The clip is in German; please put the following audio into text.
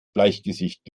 bleichgesicht